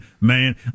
man